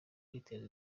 kwiteza